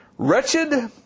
Wretched